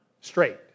straight